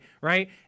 right